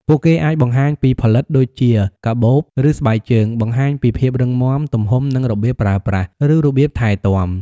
ពួកគេអាចបង្ហាញពីផលិតដូចជាកាបូប ឬស្បែកជើង បង្ហាញពីភាពរឹងមាំ ទំហំ និងរបៀបប្រើប្រាស់ ឬរបៀបថែទាំ។